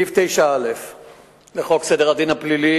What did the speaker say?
סעיף 9א לחוק סדר הדין הפלילי